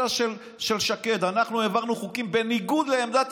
קח שתי דקות להפריע,